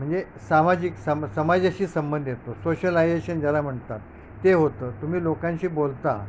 म्हणजे सामाजिक समाजाशी संबंध येतो सोशलायझेशन ज्याला म्हणतात ते होतं तुम्ही लोकांशी बोलता